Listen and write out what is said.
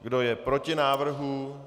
Kdo je proti návrhu?